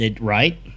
Right